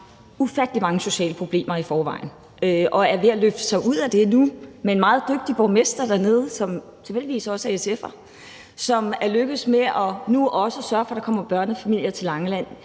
ufattelig mange sociale problemer i forvejen og er ved at løfte sig ud af dem nu med en meget dygtig borgmester dernede, som tilfældigvis også er SF'er, og som er lykkedes med nu også at sørge for, at der kommer børnefamilier til Langeland.